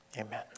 amen